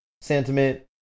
sentiment